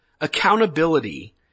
accountability